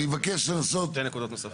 אני מבקש לנסות --- שתי נקודות נוספות.